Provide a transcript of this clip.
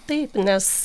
taip nes